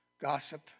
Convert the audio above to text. gossip